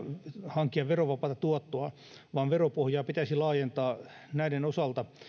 hankkia verovapaata tuottoa vaan veropohjaa pitäisi laajentaa näiden osalta